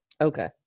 Okay